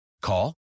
Call